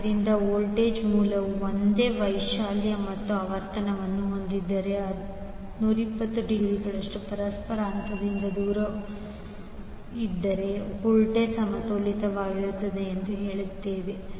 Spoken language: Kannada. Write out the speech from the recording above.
ಆದ್ದರಿಂದ ವೋಲ್ಟೇಜ್ ಮೂಲವು ಒಂದೇ ವೈಶಾಲ್ಯ ಮತ್ತು ಆವರ್ತನವನ್ನು ಹೊಂದಿದ್ದರೆ ಮತ್ತು 120 ಡಿಗ್ರಿಗಳಷ್ಟು ಪರಸ್ಪರ ಹಂತದಿಂದ ಹೊರಗಿದ್ದರೆ ವೋಲ್ಟೇಜ್ ಸಮತೋಲಿತವಾಗಿರುತ್ತದೆ ಎಂದು ಹೇಳಲಾಗುತ್ತದೆ